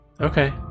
okay